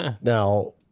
Now